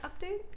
update